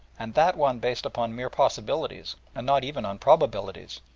and that one based upon mere possibilities, and not even on probabilities.